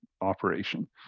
operation